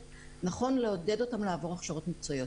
נכון לעודד אותם לעבור הכשרות מקצועיות.